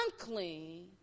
unclean